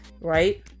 right